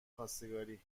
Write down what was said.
خواستگاری